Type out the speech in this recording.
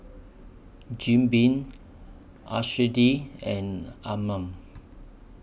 Jim Beam and Anmum